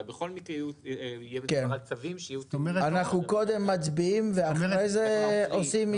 אנחנו קודם מצביעים ואחר כך הסתייגויות?